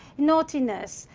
naughtiness,